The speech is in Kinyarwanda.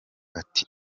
ati